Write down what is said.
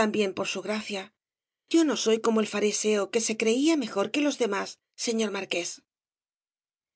también por su gracia yo no soy como el fariseo que se creía mejor que los demás señor marqués